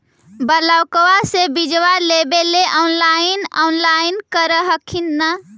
ब्लोक्बा से बिजबा लेबेले ऑनलाइन ऑनलाईन कर हखिन न?